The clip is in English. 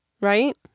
right